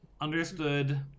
understood